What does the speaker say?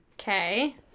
Okay